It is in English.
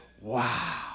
wow